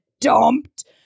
dumped